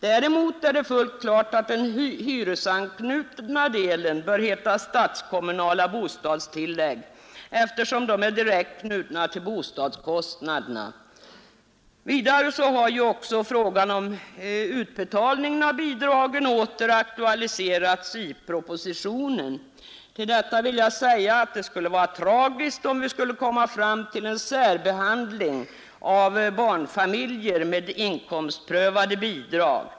Däremot är det fullt klart att den hyresanknutna delen bör heta statskommunala bostadstillägg, eftersom den är direkt bunden till bostadskostnaderna. Vidare har ju frågan om utbetalning av bidragen åter aktualiserats i propositionen. Till detta vill jag säga att det skulle vara tragiskt om vi skulle komma fram till en särbehandling av barnfamiljer med inkomstprövade bidrag.